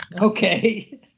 Okay